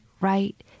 right